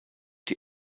die